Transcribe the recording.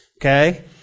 Okay